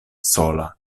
sola